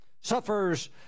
Suffers